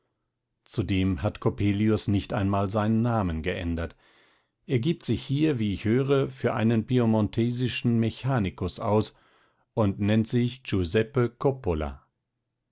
zudem hat coppelius nicht einmal seinen namen geändert er gibt sich hier wie ich höre für einen piemontesischen mechanikus aus und nennt sich giuseppe coppola